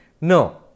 No